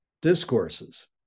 discourses